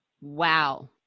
Wow